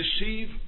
receive